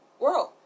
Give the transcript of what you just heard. world